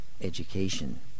Education